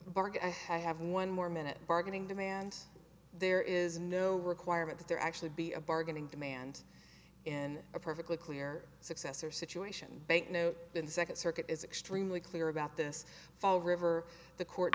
bargain i have one more minute bargaining demand there is no requirement that there actually be a bargaining demand in a perfectly clear successor situation banknote then the second circuit is extremely clear about this fall river the court